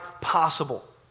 possible